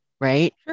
Right